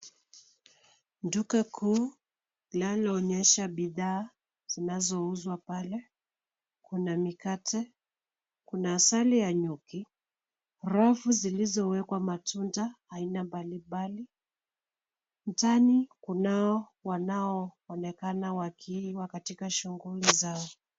Duka kuu linaloonyesha bidhaa zinazouzwa pale. Kuna mikate, kuna asali ya nyuki, rafu zilizowekwa matunda aina mbalimbali. Ndani kunao wanaoonekana wakiwa katika shughuli zao.